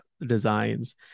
designs